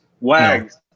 Wags